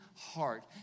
heart